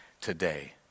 today